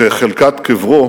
שחלקת קברו